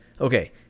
Okay